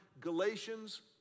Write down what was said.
Galatians